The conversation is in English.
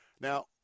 Now